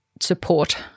support